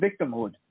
victimhood